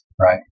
right